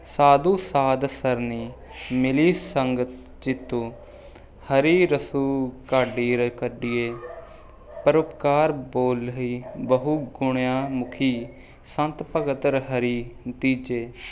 ਸਾਧੂ ਸਾਧ ਸਰਨੀ ਮਿਲੀ ਸੰਗਤ ਜੀਤੂ ਹਰੀ ਰਸੂ ਕਾਡੀਏ ਕਡੀਏ ਪਰਉਪਕਾਰ ਬੋਲ ਹੀ ਬਹੂ ਗੁਣਿਆ ਮੁਖੀ ਸੰਤ ਭਗਤ ਹਰੀ ਦੀਜੇ